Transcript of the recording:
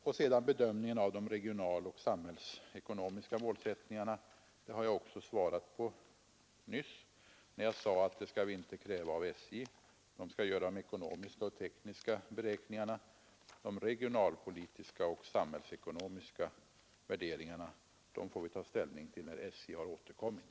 Frågan om bedömningen av de regionalpolitiska och samhällsekonomiska målsättningarna har jag också svarat på nyss, när jag sade att något sådant skall vi inte kräva av SJ. SJ skall göra de ekonomiska och tekniska beräkningarna. De regionalpolitiska och samhällsekonomiska värderingarna får vi ta ställning till när SJ har återkommit.